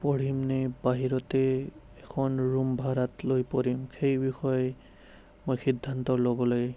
পঢ়িম নে বাহিৰতে এখন ৰুম ভাড়াত লৈ পঢ়িম সেই বিষয়ে মই সিদ্ধান্ত ল'বলৈ